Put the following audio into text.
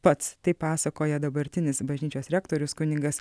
pats tai pasakoja dabartinis bažnyčios rektorius kunigas